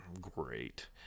great